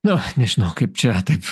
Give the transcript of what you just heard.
na nežinau kaip čia taip